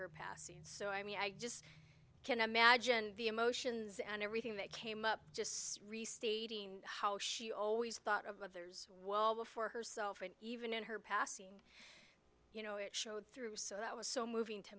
her passing so i mean i just can't imagine the emotions and everything that came up just restating how she always thought of others before herself and even in her passing you know it showed through so that was so moving to